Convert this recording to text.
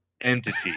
entity